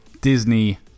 Disney